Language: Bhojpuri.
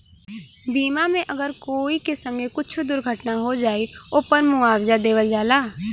बीमा मे अगर कोई के संगे कुच्छो दुर्घटना हो जाए, ओपर मुआवजा देवल जाला